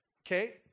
okay